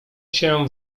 się